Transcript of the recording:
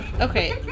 Okay